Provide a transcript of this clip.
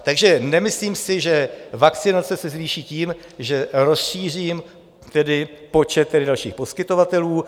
Takže nemyslím si, že vakcinace se zvýší tím, že rozšířím počet dalších poskytovatelů.